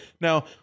now